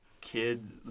kids